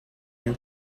new